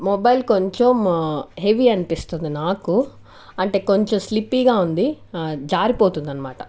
mobile కొంచెం heavy అనిపిస్తుంది నాకు అంటే కొంచెం స్లిప్పీగా ఉంది జారిపోతుంది అన్నమాట